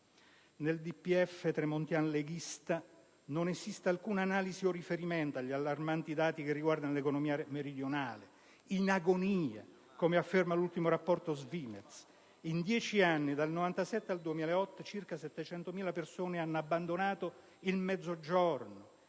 Nel DPEF tremontian-leghista non esiste alcuna analisi o riferimento agli allarmanti dati che riguardano l'economia meridionale in agonia, come afferma l'ultimo rapporto SVIMEZ: in dieci anni, dal 1997 al 2008, circa 700.000 persone hanno abbandonato il Mezzogiorno,